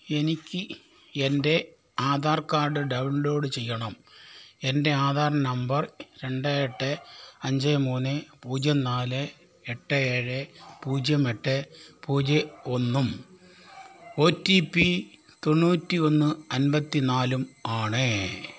എനിക്ക് എൻ്റെ Aadhaar card download ചെയ്യണം എൻ്റെ ആധാർ നമ്പർ രണ്ട് എട്ട് അഞ്ച് മൂന്ന് പൂജ്യം നാല് എട്ട് ഏഴ് പൂജ്യം എട്ട് പൂജ്യം ഒന്നും ഒ ടി പി തൊണ്ണൂറ്റി ഒന്ന് അമ്പത്തി നാലും ആണ്